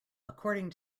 according